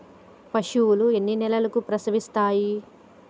పశువులు ఎన్ని నెలలకు ప్రసవిస్తాయి?